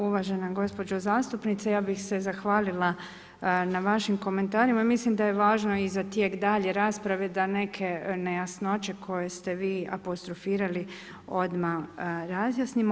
Uvažena gospođo zastupnice, ja bih se zahvalila na vašim komentarima i mislim da je važno i za tijek daljnje rasprave da neke nejasnoće koje ste vi apostrofirali odmah razjasnimo.